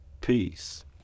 Peace